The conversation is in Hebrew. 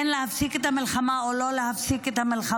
כן להפסיק את המלחמה או לא להפסיק את המלחמה.